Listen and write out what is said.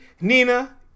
Nina